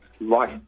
life